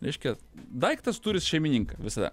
reiškia daiktas turi šeimininką visada